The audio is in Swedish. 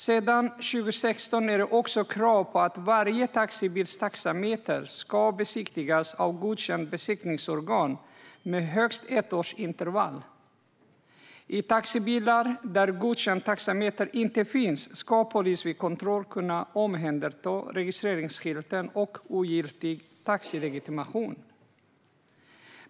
Sedan 2016 är det också krav på att varje taxibils taxameter ska besiktigas av godkänt besiktningsorgan med högst ett års intervall. I taxibilar där godkänd taxameter inte finns ska polis vid kontroll kunna omhänderta registreringsskylten och ogiltig taxilegitimation.